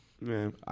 Man